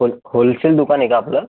hole wholesale दुकान आहे का आपलं